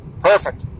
Perfect